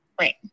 Right